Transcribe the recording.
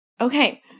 Okay